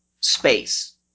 space